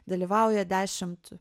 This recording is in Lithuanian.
dalyvauja dešimt